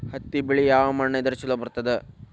ಹತ್ತಿ ಬೆಳಿ ಯಾವ ಮಣ್ಣ ಇದ್ರ ಛಲೋ ಬರ್ತದ?